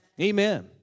Amen